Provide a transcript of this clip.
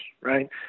right